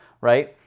right